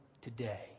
today